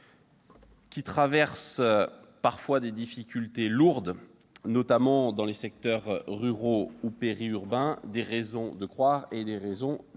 qui traversent parfois des difficultés lourdes, notamment dans les secteurs ruraux ou périurbains, des raisons de croire et d'espérer. Ce sera,